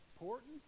important